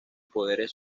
poderes